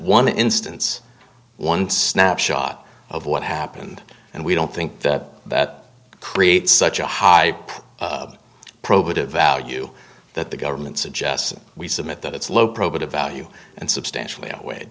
one instance one snapshot of what happened and we don't think that that creates such a high probative value that the government suggests we submit that it's low probative value and substantially outweighed